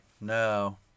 No